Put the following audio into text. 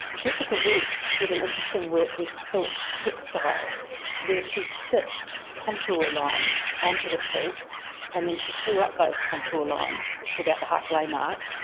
jessica wilkes did an interesting work with silk textile where she stitched contour lines onto the silk and then she tore up those contour lines to about the halfway mark,